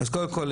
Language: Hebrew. אז קודם כל,